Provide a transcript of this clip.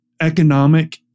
economic